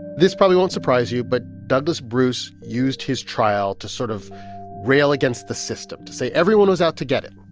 this probably won't surprise you, but douglas bruce used his trial to sort of rail against the system, to say everyone was out to get him.